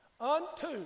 unto